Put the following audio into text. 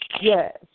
yes